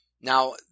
now